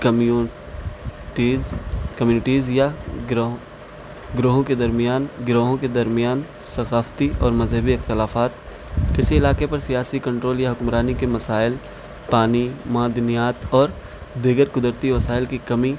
communities communities یا گروہ گروہوں کے درمیان گروہوں کے درمیان ثقافتی اور مذہبی اختلافات کسی علاقے پر سیاسی کنٹرول یا حکمرانی کے مسائل پانی معدنیات اور دیگر قدرتی وسائل کی کمی